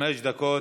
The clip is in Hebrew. חמש דקות.